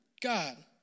God